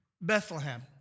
Bethlehem